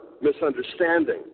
misunderstanding